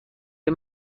این